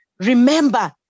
Remember